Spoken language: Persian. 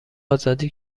آزادی